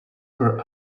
were